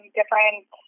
different